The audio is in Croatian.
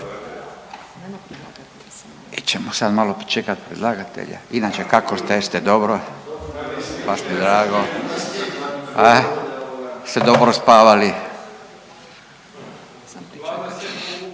ćemo sad malo pričekati predlagatelja. Inače jeste dobro? Baš mi je drago. Jeste dobro spavali?